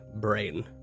brain